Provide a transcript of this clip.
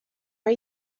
are